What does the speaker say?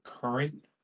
current